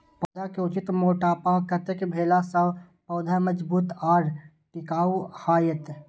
पौधा के उचित मोटापा कतेक भेला सौं पौधा मजबूत आर टिकाऊ हाएत?